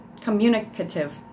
Communicative